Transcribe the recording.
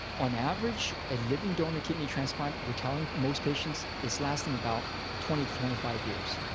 on average, a living donor kidney transplant, we're telling most patients, is lasting about twenty to twenty five years.